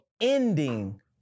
ending